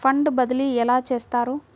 Fund బదిలీ ఎలా చేస్తారు?